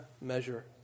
measure